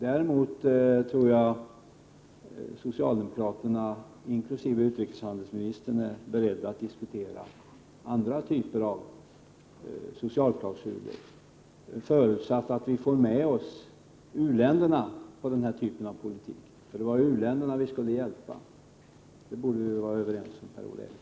Däremot tror jag att socialdemokraterna inkl. utrikeshandelsministern är beredda att diskutera andra typer av socialklausuler, förutsatt att vi får med oss u-länderna i denna politik. För det var u-länderna vi skulle hjälpa — det borde vi vara överens om, Per-Ola Eriksson.